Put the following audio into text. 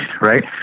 right